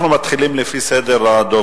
אנחנו מתחילים בדיון המשולב לפי סדר הדוברים.